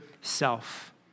self